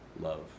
love